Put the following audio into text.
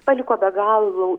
paliko be galu